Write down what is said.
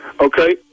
Okay